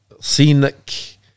scenic